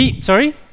Sorry